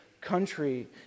country